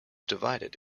divided